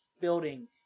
building